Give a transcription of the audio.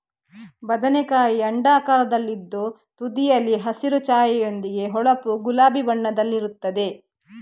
ಬದನೆಕಾಯಿ ಅಂಡಾಕಾರದಲ್ಲಿದ್ದು ತುದಿಯಲ್ಲಿ ಹಸಿರು ಛಾಯೆಯೊಂದಿಗೆ ಹೊಳಪು ಗುಲಾಬಿ ಬಣ್ಣದಲ್ಲಿರುತ್ತದೆ